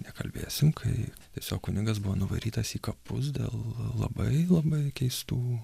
nekalbėsim kai tiesiog kunigas buvo nuvarytas į kapus dėl labai labai keistų